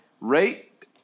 Rate